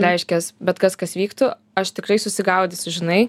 reiškias bet kas kas vyktų aš tikrai susigaudysiu žinai